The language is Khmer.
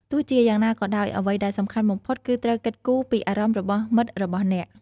ទោះជាយ៉ាងណាក៏ដោយ អ្វីដែលសំខាន់បំផុតគឺត្រូវគិតគូរពីអារម្មណ៍របស់មិត្តរបស់អ្នក។